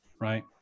right